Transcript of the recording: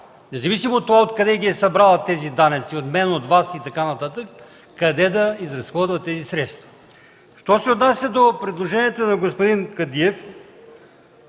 независимо от това, откъде ги е събрала тези данъци – от мен, от Вас и така нататък, къде да изразходва тези средства. Що се отнася до предложението на господин Кадиев,